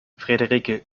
frederike